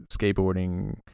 skateboarding